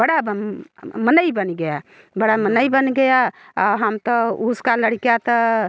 बड़ा मनई बन गया बड़ा मनई बन गया हम तो उसका लड़िका तो